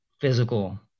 physical